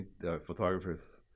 photographers